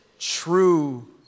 True